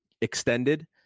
extended